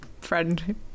friend